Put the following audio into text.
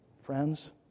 friends